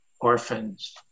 orphans